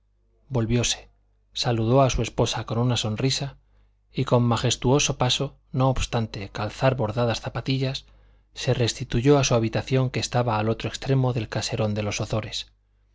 granate volviose saludó a su esposa con una sonrisa y con majestuoso paso no obstante calzar bordadas zapatillas se restituyó a su habitación que estaba al otro extremo del caserón de los ozores